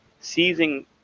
seizing